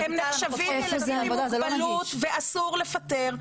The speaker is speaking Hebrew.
הם נחשבים ילדים עם מוגבלות ואסור לפטר.